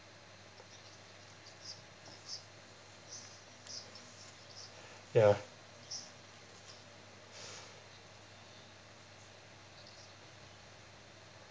ya